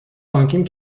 بانکیم